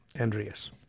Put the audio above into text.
Andreas